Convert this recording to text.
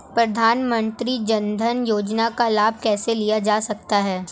प्रधानमंत्री जनधन योजना का लाभ कैसे लिया जा सकता है?